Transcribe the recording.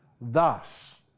Thus